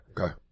Okay